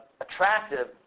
attractive